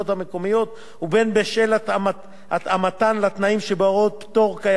ואם בשל התאמתן לתנאים שבהוראות הפטור קיימות.